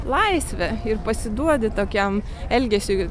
laisvę ir pasiduodi tokiam elgesiui